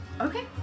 Okay